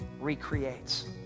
recreates